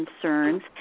concerns